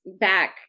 back